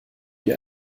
wie